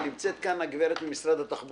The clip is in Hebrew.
נמצאת כאן גברת דפנה מהלל ממשרד התחבורה.